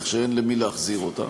כך שאין למי להחזיר אותה.